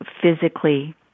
physically